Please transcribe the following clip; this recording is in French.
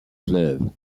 fleuve